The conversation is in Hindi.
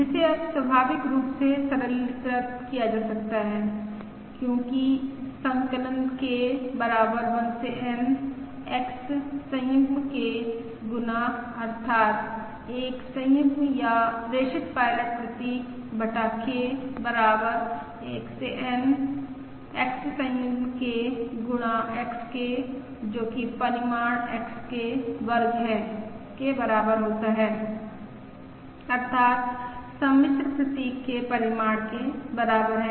जिसे अब स्वाभाविक रूप से सरलीकृत किया जा सकता है क्योंकि संकलन K बराबर 1 से N X संयुग्म K गुना अर्थात् एक संयुग्म या प्रेषित पायलट प्रतीक बटा K बराबर 1 से N X संयुग्म K गुणा XK जो कि परिमाण XK वर्ग है के बराबर होता है अर्थात् सम्मिश्र प्रतीक के परिमाण के बराबर है